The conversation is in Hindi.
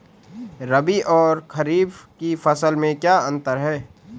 रबी और खरीफ की फसल में क्या अंतर है?